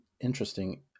interesting